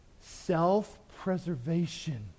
Self-preservation